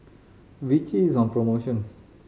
Vichy is on promotion